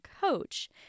coach